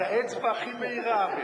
באצבע הכי מהירה.